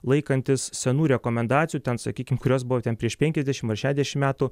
laikantis senų rekomendacijų ten sakykim kurios buvo ten prieš penkiasdešimt ar šešiasdešimt metų